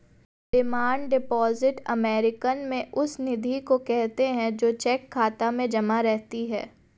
demand deposit American में उस निधि को कहते हैं जो चेक खाता में जमा रहती है